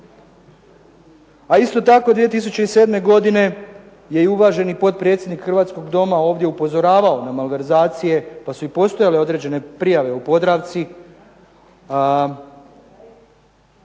A isto tako 2007. godine je i uvaženi potpredsjednik uvaženog Doma ovdje upozoravao na malverzacije pa su i postojale određene prijave u "Podravci",